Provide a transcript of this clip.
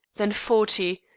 then forty.